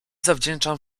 zawdzięczam